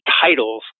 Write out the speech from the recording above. titles